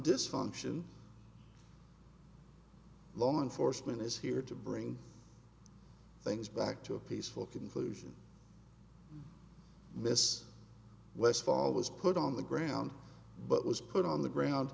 dysfunction law enforcement is here to bring things back to a peaceful conclusion miss westfall was put on the ground but was put on the ground